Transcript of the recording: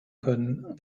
können